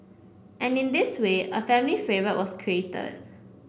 and in this way a family favourite was created